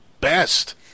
best